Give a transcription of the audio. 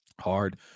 hard